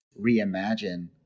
reimagine